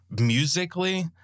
Musically